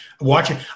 watching